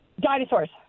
Dinosaurs